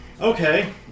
okay